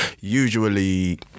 Usually